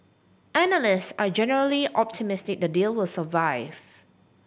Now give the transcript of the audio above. analyst are generally optimistic the deal will survive